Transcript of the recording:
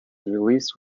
released